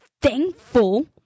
thankful